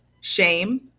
shame